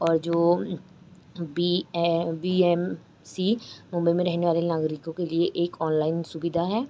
और जो हं B A V M C Mumbai में रहने वाले नागरिकों के लिए एक ऑनलाइन सुविधा है